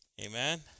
Amen